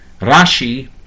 Rashi